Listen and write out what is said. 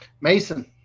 Mason